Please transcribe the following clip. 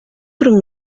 por